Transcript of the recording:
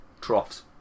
Troughs